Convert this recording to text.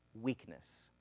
weakness